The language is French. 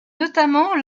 notamment